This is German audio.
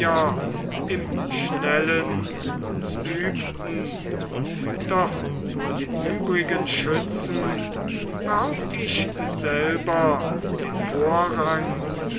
im schnellen uns übten doch vor den übrigen schützen behaupt ich selber den vorrang